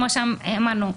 כמו שאמרנו,